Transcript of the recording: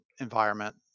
environment